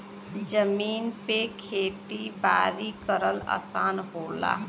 जमीन पे खेती बारी करल आसान होला